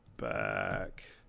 back